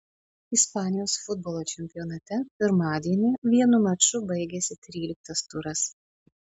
ispanijos futbolo čempionate pirmadienį vienu maču baigėsi tryliktas turas